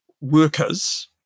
workers